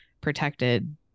protected